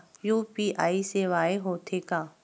UPI सेवाएं हो थे का?